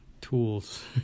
tools